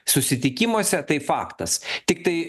susitikimuose tai faktas tiktai